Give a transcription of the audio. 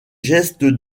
gestes